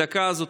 בדקה הזאת,